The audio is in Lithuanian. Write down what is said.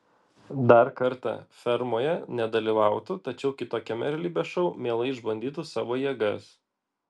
dar kartą fermoje nedalyvautų tačiau kitokiame realybės šou mielai išbandytų savo jėgas